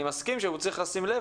אני מסכים שהוא צריך לשים לב,